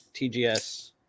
tgs